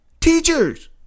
Teachers